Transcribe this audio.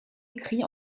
écrit